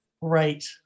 Right